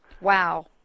Wow